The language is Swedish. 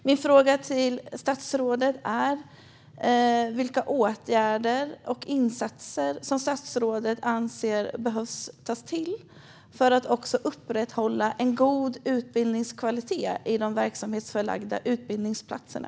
Min fråga till statsrådet är vilka åtgärder och insatser som statsrådet anser behöver tas till för att upprätthålla en god utbildningskvalitet i de verksamhetsförlagda utbildningsplatserna.